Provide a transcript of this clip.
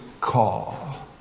call